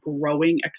growing